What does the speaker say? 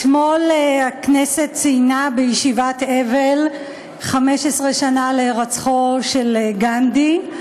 אתמול הכנסת ציינה בישיבת אבל 15 שנה להירצחו של גנדי.